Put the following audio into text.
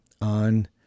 on